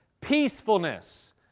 peacefulness